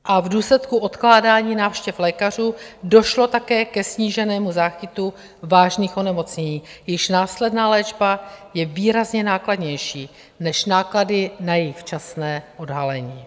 A v důsledku odkládání návštěv lékařů došlo také ke sníženému záchytu vážných onemocnění, jejichž následná léčba je výrazně nákladnější než náklady na jejich včasné odhalení.